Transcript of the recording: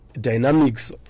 dynamics